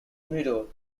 meadow